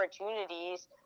opportunities